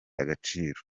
agaciro